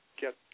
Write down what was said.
get